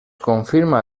confirma